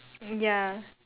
ya